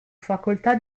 facoltà